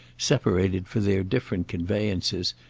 separated for their different conveyances,